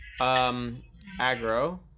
aggro